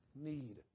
need